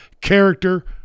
character